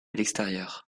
l’extérieur